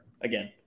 again